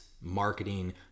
marketing